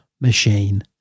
machine